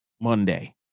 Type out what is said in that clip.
Monday